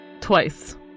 twice